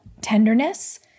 tenderness